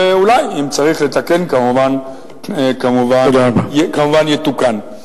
ואולי, אם צריך לתקן, כמובן יתוקן.